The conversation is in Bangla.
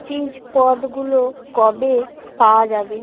চিজ পদগুলো কবে পাওয়া যাবে